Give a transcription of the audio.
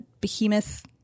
Behemoth